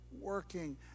working